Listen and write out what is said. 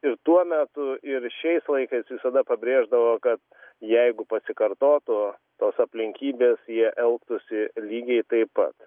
ir tuo metu ir šiais laikais visada pabrėždavo kad jeigu pasikartotų tos aplinkybės jie elgtųsi lygiai taip pat